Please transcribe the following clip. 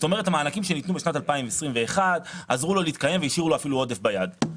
המענקים שניתנו בשנת 2021 עזרו לו להתקיים והשאירו לו אפילו עודף ביד.